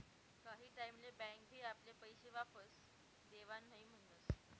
काही टाईम ले बँक बी आपले पैशे वापस देवान नई म्हनस